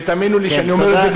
ותאמינו לי שאני אומר את זה, כן.